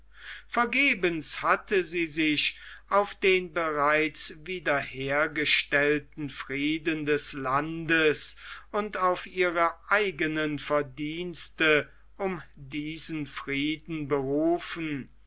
vergebens hatte sie sich auf den bereits wiederhergestellten frieden des landes und auf ihre eigenen verdienste um diesen frieden berufen